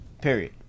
Period